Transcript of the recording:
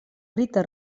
rita